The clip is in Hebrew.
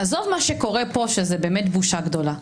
עזוב מה שקורה כאן, שזאת באמת בושה גדולה.